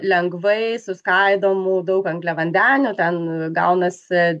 lengvai suskaidomų daug angliavandenių ten gaunasi